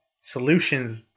solutions